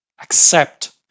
accept